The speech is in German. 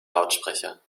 lautsprecher